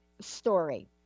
story